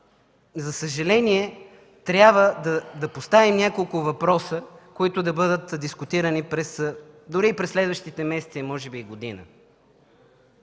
за съжаление, трябва да поставим няколко въпроса, които да бъдат дискутирани дори и през следващите месеци, а може би и година: